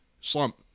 slump